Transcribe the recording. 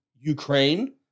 Ukraine